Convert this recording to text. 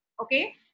Okay